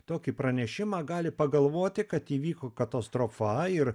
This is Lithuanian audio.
tokį pranešimą gali pagalvoti kad įvyko katastrofa ir